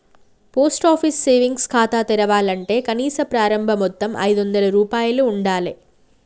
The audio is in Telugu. పోస్ట్ ఆఫీస్ సేవింగ్స్ ఖాతా తెరవాలంటే కనీస ప్రారంభ మొత్తం ఐదొందల రూపాయలు ఉండాలె